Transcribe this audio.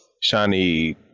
shiny